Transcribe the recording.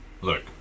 Look